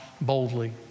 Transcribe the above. boldly